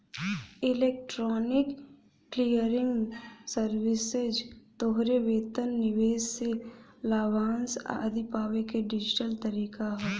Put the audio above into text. electronic clearing services तोहरे वेतन, निवेश से लाभांश आदि पावे क डिजिटल तरीका हौ